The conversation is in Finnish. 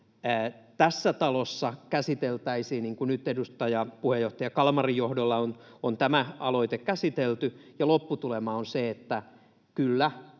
tässä talossa käsiteltäisiin, niin kuin nyt edustaja, puheenjohtaja Kalmarin johdolla on tämä aloite käsitelty, ja lopputulema on se, että kyllä,